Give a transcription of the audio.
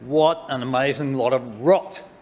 what an amazing lot of rot.